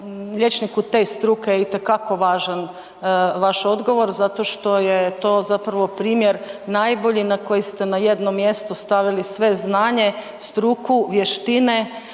liječniku te struke je itekako važan vaš odgovor zato što je to zapravo primjer najbolji na koji ste na jedno mjesto stavili sve znanje, struku, vještine,